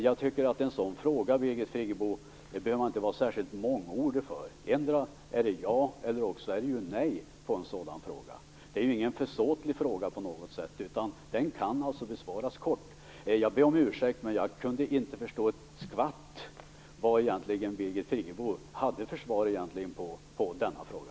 För att besvara en sådan fråga, Birgit Friggebo, behöver man inte vara särskilt mångordig, endera är svaret ja eller nej. Det är ingen försåtlig fråga på något sätt, utan den kan besvaras kort. Jag ber om ursäkt, men jag kunde inte förstå ett skvatt vad Birgit Friggebo egentligen hade för svar på denna fråga.